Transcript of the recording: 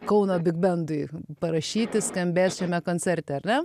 kauno bigbendui parašyti skambės šiame koncerte ar ne